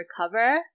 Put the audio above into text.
recover